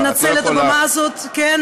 לנצל את הבמה הזאת כדי,